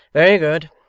very good.